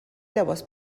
لباس